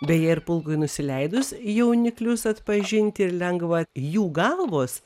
beje ir pulkui nusileidus jauniklius atpažinti lengva jų galvos